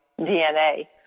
DNA